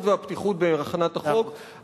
הרצינות והפתיחות בהכנת החוק.